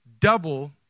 Double